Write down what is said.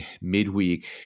midweek